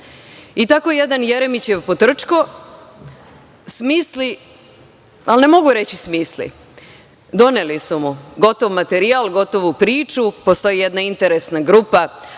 jedan Jeremićev potrčko smisli, ali ne mogu reći smisli, doneli su mu gotov materijal, gotovu priču, postoji jedna interesna grupa,